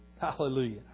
Hallelujah